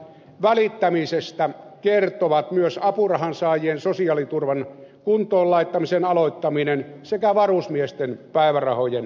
välittämisestä kertovat myös apurahansaajien sosiaaliturvan kuntoon laittamisen aloittaminen sekä varusmiesten päivärahojen korottaminen